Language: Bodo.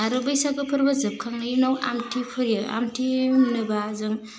आरो बैसागो फोरबो जोबखांनायनि उनाव आमथि फोयो आमथि होनोबा जों